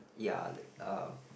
ya uh